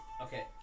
Okay